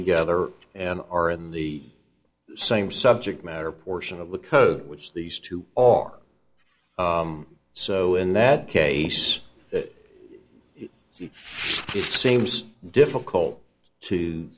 together and are in the same subject matter portion of the code which these two are so in that case that if it seems difficult to